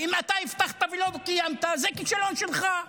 ואם אתה הבטחת ולא קיימת זה כישלון שלך.